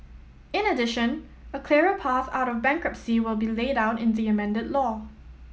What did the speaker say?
in addition a clearer path out of bankruptcy will be laid out in the amended law